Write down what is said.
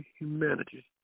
humanity